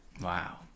Wow